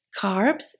Carbs